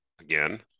again